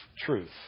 truth